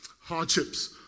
Hardships